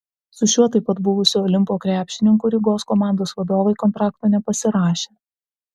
su šiuo taip pat buvusiu olimpo krepšininku rygos komandos vadovai kontrakto nepasirašė